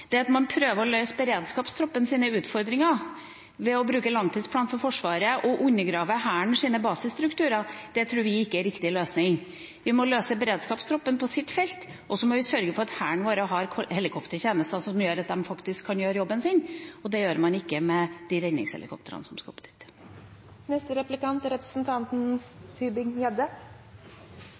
vi er riktig løsning. Vi må løse det for beredskapstroppen på sitt felt, og så må vi sørge for at Hæren har helikoptertjenester som gjør at de faktisk kan gjøre jobben sin. Det gjør man ikke med de redningshelikoptrene som skal opp dit. Det hadde vært fristende å stille det samme spørsmålet som de to foregående spørrerne, men man får jo ikke noe svar, så da er